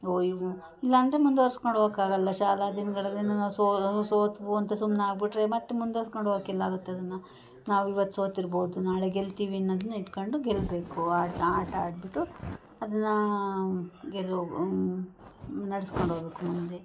ಓ ಇವು ಇಲ್ಲಾಂದರೆ ಮುಂದ್ವರಿಸ್ಕೊಂಡ್ ಹೋಗೋಕ್ ಆಗೋಲ್ಲ ಶಾಲಾ ದಿನಗಳಲ್ಲಿ ಏನನ ಸೋತೆವು ಅಂತ ಸುಮ್ನಾಗಿ ಬಿಟ್ರೆ ಮತ್ತು ಮುಂದ್ವರಿಸ್ಕೊಂಡ್ ಹೋಗೋಕ್ ಎಲ್ಲಿ ಆಗುತ್ತೆ ಅದನ್ನು ನಾವು ಇವತ್ತು ಸೋತಿರ್ಬೋದು ನಾಳೆ ಗೆಲ್ತಿವಿ ಅನ್ನೋದನ್ನ ಇಟ್ಕೊಂಡು ಗೆಲ್ಲಬೇಕು ಆಟ ಆಟ ಆಡಿಬಿಟ್ಟು ಅದನ್ನು ಗೆಲ್ಲೊ ನಡೆಸ್ಕೊಂಡ್ ಹೋಗ್ಬೇಕು ಮುಂದೆ